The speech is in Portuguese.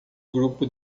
grupo